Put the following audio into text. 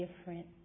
different